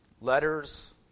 letters